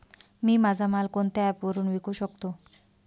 मी माझा माल कोणत्या ॲप वरुन विकू शकतो?